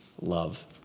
love